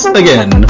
again